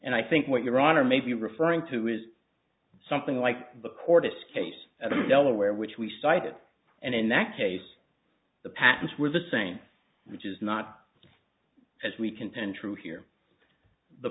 and i think what your honor may be referring to is something like the courtis case of delaware which we cited and in that case the patents were the same which is not as we contend true here the